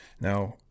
now